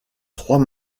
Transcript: trois